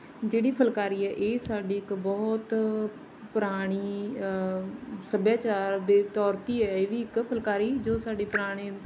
ਜਿਹੜੀ ਫੁਲਕਾਰੀ ਹੈ ਇਹ ਸਾਡੀ ਇੱਕ ਬਹੁਤ ਪੁਰਾਣੀ ਸੱਭਿਆਚਾਰ ਦੇ ਤੌਰ 'ਤੇ ਇਹ ਵੀ ਇੱਕ ਫੁਲਕਾਰੀ ਜੋ ਸਾਡੀ ਪੁਰਾਣੇ